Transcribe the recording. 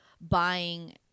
buying